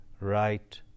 right